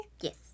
Yes